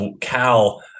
Cal